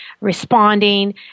responding